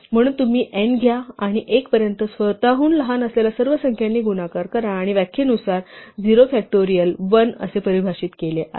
म्हणून तुम्ही n घ्या आणि 1 पर्यंत स्वतःहून लहान असलेल्या सर्व संख्यांनी गुणाकार करा आणि व्याख्येनुसार 0 फॅक्टोरियल 1 असे परिभाषित केले आहे